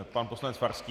Pan poslanec Farský.